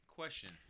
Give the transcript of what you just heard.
question